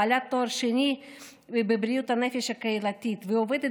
בעלת תואר שני בבריאות הנפש הקהילתית ועובדת